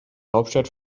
hauptstadt